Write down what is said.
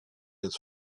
has